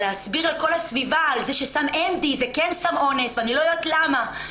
להסביר לכל הסביבה על זה שסם MB זה כן סם אונס ואני לא יודעת למה.